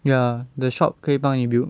ya the shop 可以帮你 build